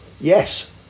Yes